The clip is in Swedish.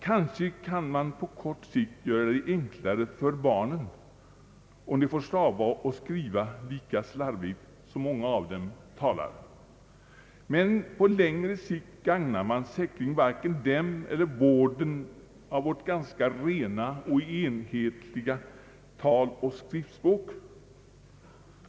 Kanske kan man på kort sikt göra det enklare för barnen, om de får stava och skriva lika slarvigt som många av dem talar. Men på längre sikt gagnar man säkerligen varken dem eller vården av vårt ganska rena och enhetliga taloch skriftspråk.